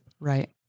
Right